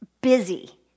busy